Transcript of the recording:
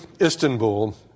Istanbul